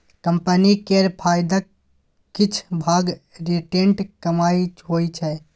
company केर फायदाक किछ भाग रिटेंड कमाइ होइ छै